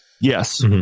Yes